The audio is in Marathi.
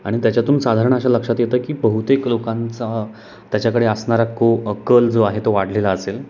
आणि त्याच्यातून साधारण अशा लक्षात येतं की बहुतेक लोकांचा त्याच्याकडे असणारा को कल जो आहे तो वाढलेला असेल